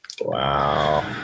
Wow